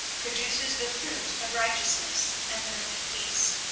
produces the fruits of righteousness and perfect peace.